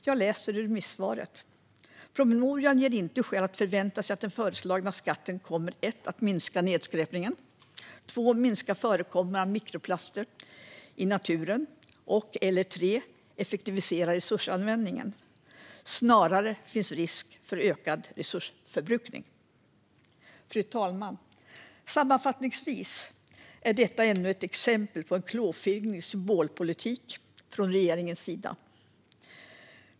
Jag läser ur remissvaret: "Promemorian ger inte skäl att förvänta sig att den föreslagna skatten kommer att minska nedskräpning, minska förekomsten av mikroplaster i naturen och/eller effektivisera resursanvändningen. Snarare finns en risk för ökad resursförbrukning." Fru talman! Sammanfattningsvis är detta ännu ett exempel på klåfingrig symbolpolitik från regeringens sida.